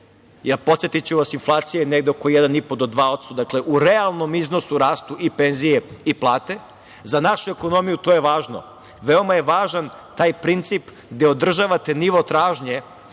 podsetiću vas, inflacija je negde oko 1,5-2%, dakle, u realnom iznosu rastu i penzije i plate, za našu ekonomiju to je važno. Veoma je važan taj princip gde održavate nivo tražnje,